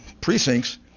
precincts